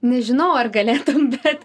nežinau ar galėtum bet